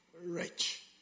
Rich